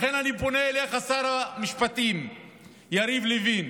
לכן אני פונה אליך, שר המשפטים יריב לוין,